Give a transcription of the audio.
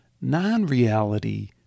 non-reality